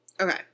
Okay